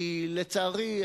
לצערי,